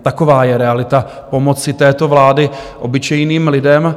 Taková je realita pomoci této vlády obyčejným lidem.